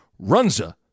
Runza